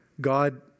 God